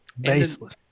Baseless